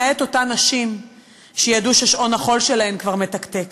למעט אותן נשים שידעו ששעון החול שלהן כבר מתקתק.